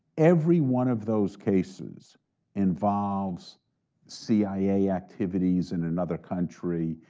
every one of those cases involves cia activities in another country,